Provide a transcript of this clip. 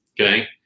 Okay